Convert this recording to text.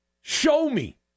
show-me